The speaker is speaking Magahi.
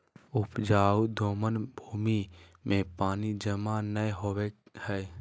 उपजाऊ दोमट भूमि में पानी जमा नै होवई हई